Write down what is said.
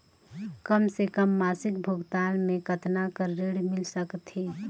कम से कम मासिक भुगतान मे कतना कर ऋण मिल सकथे?